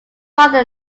father